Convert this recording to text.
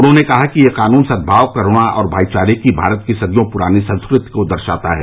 उन्होंने कहा कि यह कानून सदभाव करूणा और भाई चारे की भारत की सदियों पुरानी संस्कृति को दर्शाता है